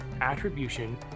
attribution